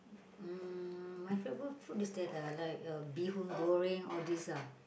um my favorite food is that uh like bee-hoon-Goreng all these lah